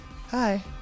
Hi